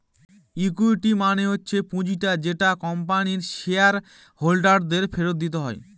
equity মানে হচ্ছে পুঁজিটা যেটা কোম্পানির শেয়ার হোল্ডার দের ফেরত দিতে হয়